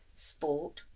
sport,